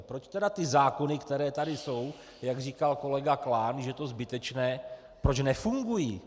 Proč ty zákony, které tady jsou, jak říkal kolega Klán, že je to zbytečné, proč nefungují?